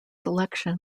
selection